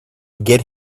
get